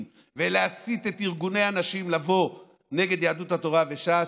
ולהסית את ארגוני הנשים לבוא נגד יהדות התורה וש"ס,